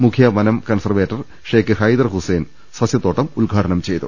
മുഖ്യ വനം കൺസർവേറ്റർ ഷേയ്ക്ക് ഹൈദർ ഹുസൈൻ സസ്യത്തോട്ടം ഉദ്ഘാ ടനം ചെയ്തു